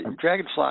Dragonfly